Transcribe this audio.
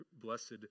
blessed